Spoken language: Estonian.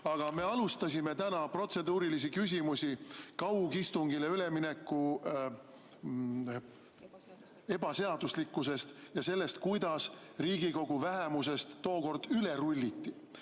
me alustasime täna protseduurilisi küsimusi kaugistungile ülemineku ebaseaduslikkuse ja selle kohta, kuidas Riigikogu vähemusest tookord üle rulliti.